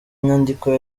nyandiko